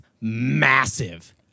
massive